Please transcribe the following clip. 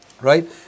Right